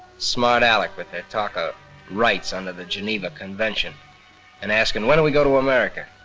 smart aleck with their talk o' rights under the geneva convention and asking, when do we go to america?